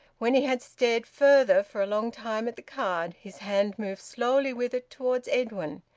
when he had stared further for a long time at the card, his hand moved slowly with it towards edwin,